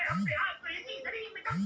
চীনা বাদাম হচ্ছে এক ধরণের পুষ্টিকর বাদাম